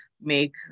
make